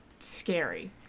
scary